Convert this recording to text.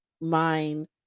mind